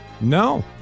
No